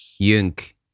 Junk